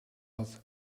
had